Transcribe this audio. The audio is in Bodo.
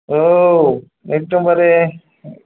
औ एकदम्बारे